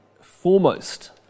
foremost